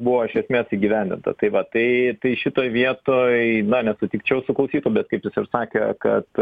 buvo iš esmės įgyvendinta tai va tai tai šitoj vietoj na nesutikčiau su klausytu bet kaip jis ir sakė kad